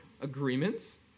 Agreements